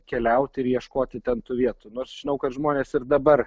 keliauti ir ieškoti ten tų vietų nors žinau kad žmonės ir dabar